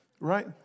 right